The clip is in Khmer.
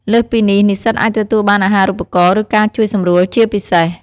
លើសពីនេះ និស្សិតអាចទទួលបានអាហារូបករណ៍ ឬការជួយសម្រួលជាពិសេស។